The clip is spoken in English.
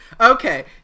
Okay